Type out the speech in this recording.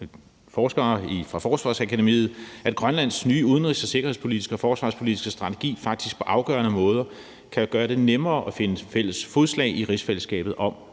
forskere fra Forsvarsakademiet, at Grønlands nye udenrigs- og sikkerhedspolitiske og forsvarspolitiske strategi faktisk på afgørende måder kan gøre det nemmere at finde fælles fodslag i rigsfællesskabet om,